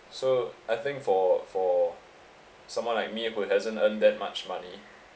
so I think for for someone like me who hasn't earn that much money